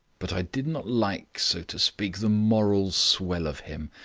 but i did not like, so to speak, the moral swell of him.